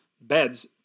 beds